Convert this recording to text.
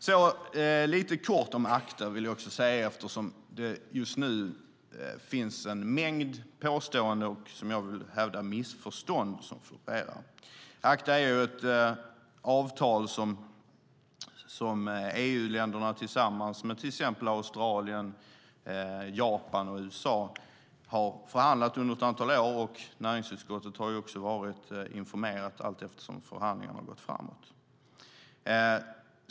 Jag vill tala lite kort om ACTA, eftersom det just nu florerar en mängd påståenden och, som jag vill hävda, missförstånd. ACTA är ett avtal som EU-länderna tillsammans med till exempel Australien, Japan och USA har förhandlat fram under ett antal år, och näringsutskottet har varit informerat allteftersom förhandlingarna har gått framåt.